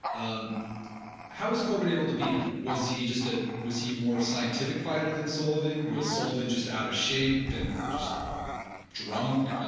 um how was corbett able to beat him, was he just ah was he more a scientific fighter than sullivan, was sullivan just out of shape and just drunk.